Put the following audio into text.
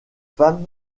femmes